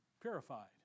Purified